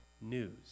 news